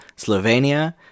Slovenia